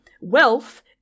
wealth